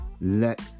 let